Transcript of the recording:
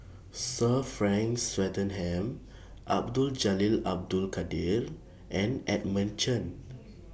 Sir Frank Swettenham Abdul Jalil Abdul Kadir and Edmund Chen